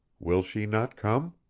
will she not come?